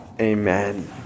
amen